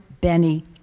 Benny